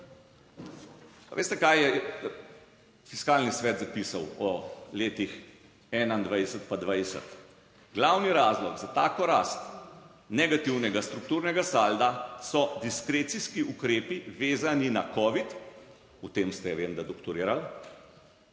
veste kaj je Fiskalni svet zapisal o letih 2021 pa 2020? Glavni razlog za tako rast negativnega strukturnega salda so diskrecijski ukrepi, vezani na covid, o tem ste vem, da doktorirali,